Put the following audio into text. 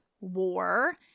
war